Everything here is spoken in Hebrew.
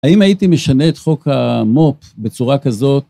האם הייתי משנה את חוק המו״פ בצורה כזאת?